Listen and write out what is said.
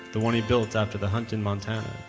the one he built after the hunt in montana,